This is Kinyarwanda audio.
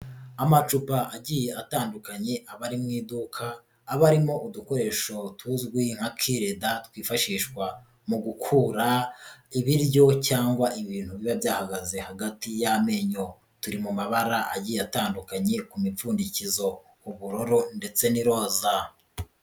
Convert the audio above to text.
Amacupa agiye atandukanye aba ari mu iduka, aba arimo udukoresho tuzwi nka kirida twifashishwa mu gukura ibiryo cyangwa ibintu biba byahagaze hagati y'amenyo, turi mu mabara agiye atandukanye ku mipfundikizo, ubururu ndetse n'iroza.